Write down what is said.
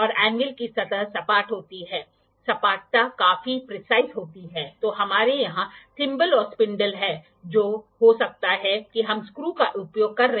बारीक समायोजन एक छोटे से कन्रल्ड हेेडड पिनियन के साथ प्राप्त किया जाता है जिसका उपयोग किया जाता है ताकि हम बारीक समायोजन करने और विवरण प्राप्त करने का प्रयास कर सकें